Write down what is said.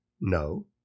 No